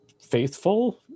faithful